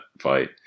fight